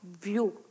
view